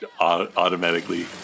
automatically